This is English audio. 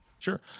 Sure